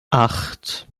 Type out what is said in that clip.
acht